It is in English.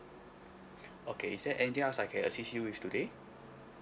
okay is there anything else I can assist you with today